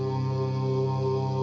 to